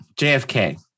JFK